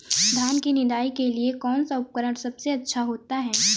धान की निदाई के लिए कौन सा उपकरण सबसे अच्छा होता है?